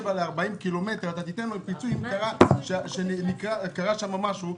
40 קילומטר אתה תיתן לו פיצוי אם קרה שם משהו,